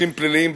פושעים פליליים,